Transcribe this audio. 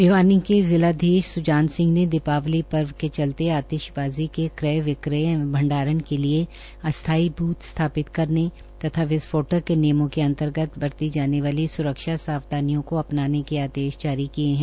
भिवानी के जिलाधीश सुजान सिंह ने दीपावली पर्व के चलते आतिशबाजी के क्रय विक्रय एवं भंडाराण के लिए अस्थायी ब्थ स्थापित करने तथा विस्फोटक के नियमों के अंतर्गत बरती जाने वाली सुरक्षा सावधानियों को अपनाने के आदेश जारी किए है